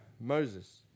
moses